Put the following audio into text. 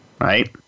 Right